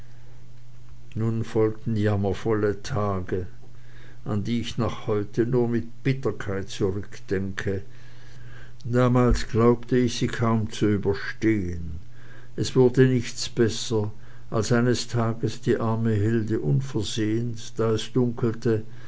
nun folgten jammervolle tage an die ich noch heute nur mit bitterkeit zurückdenke damals glaubte ich sie kaum zu überstehn es wurde nichts besser als eines tages die arme hilde unversehens da es dunkelte